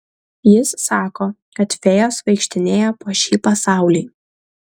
jis sako kad fėjos vaikštinėja po šį pasaulį